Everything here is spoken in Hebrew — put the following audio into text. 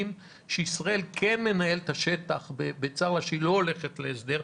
שישראל כן מנהלת את השטח אם היא לא הולכת להסדר.